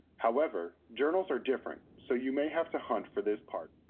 however, journals are different, so you may have to hunt for this part.